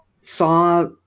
saw